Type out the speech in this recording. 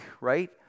right